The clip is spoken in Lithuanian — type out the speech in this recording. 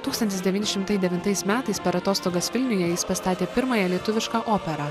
tūkstantis devyni šimtai devintais metais per atostogas vilniuje jis pastatė pirmąją lietuvišką operą